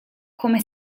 come